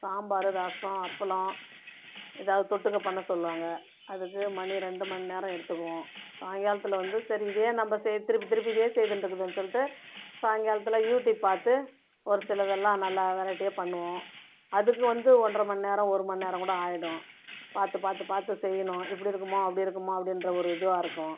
சாம்பார் ரசம் அப்பளம் ஏதாவது தொட்டுக்க பண்ண சொல்வாங்க அதுக்கு மணி ரெண்டு மணி நேரம் எடுத்துக்கும் சாயங்காலத்தில் வந்து சரி இதையே நம்ம செ திருப்பி திருப்பி இதையே செய்துன்றுக்குதுன்னு சொல்லிட்டு சாயங்காலத்தில் யூடுயூப் பார்த்து ஒரு சிலதெல்லாம் நல்ல வெரைட்டியாக பண்ணுவோம் அதுக்கு வந்து ஒன்றரை மணி நேரம் ஒரு மணி நேரம் கூட ஆகிடும் பார்த்து பார்த்து பார்த்து செய்யணும் இப்படி இருக்குமோ அப்படி இருக்குமோ அப்படின்ற ஒரு இதுவாக இருக்கும்